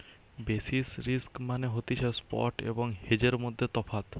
basis risk মানে হতিছে spot এবং হেজের মধ্যে তফাৎ